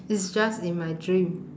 it's just in my dream